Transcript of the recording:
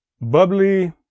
bubbly